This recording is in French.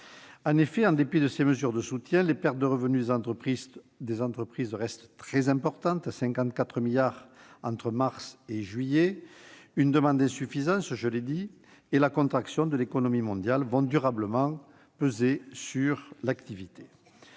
En effet, en dépit de ces mesures de soutien, les pertes de revenus des entreprises restent très importantes : 54 milliards d'euros entre les mois de mars et de juillet. Une demande insuffisante, je l'ai dit, et la contraction de l'économie mondiale vont durablement peser sur l'activité.